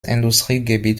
industriegebiet